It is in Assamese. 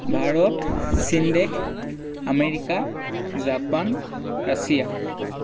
ভাৰত চীনদেশ আমেৰিকা জাপান ৰাছিয়া